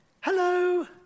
Hello